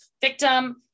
victim